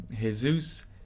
Jesus